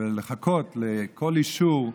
לחכות לכל אישור,